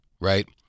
right